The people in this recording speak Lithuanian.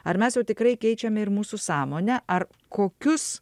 ar mes jau tikrai keičiame ir mūsų sąmonę ar kokius